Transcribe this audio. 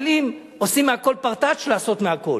אבל אם עושים מהכול פרטאץ', לעשות מהכול.